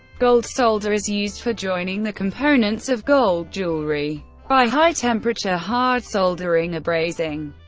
gold solder is used for joining the components of gold jewelry by high-temperature hard soldering or brazing.